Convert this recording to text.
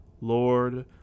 Lord